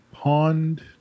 Pond